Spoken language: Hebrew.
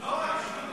לא רק שירותים,